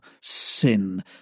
sin